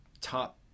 top